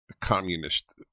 communist